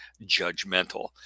judgmental